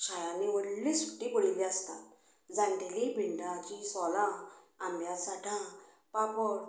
शाळांनी व्हडली सुट्टी पडिल्ली आसता जाणटेलीं बिण्डांची सोलां आंब्या साटां पापड